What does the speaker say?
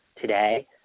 today